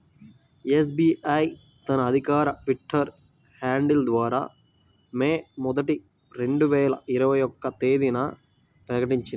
SBI తన అధికారిక Twitter handle ద్వారా మే మొదటి, రెండు వేల ఇరవై ఒక్క తేదీన ప్రకటించింది